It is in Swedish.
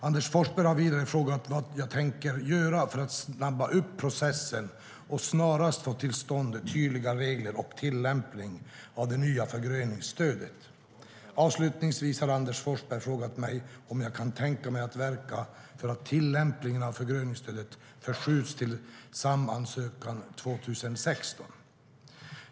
Anders Forsberg har vidare frågat vad jag tänker göra för att snabba upp processen och snarast få till stånd tydliga regler och tydlig tillämpning av det nya förgröningsstödet. Avslutningsvis har Anders Forsberg frågat mig om jag kan tänka mig att verka för att tillämpningen av förgröningsstödet förskjuts till SAM-ansökan 2016.